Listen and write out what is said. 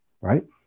Right